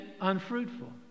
unfruitful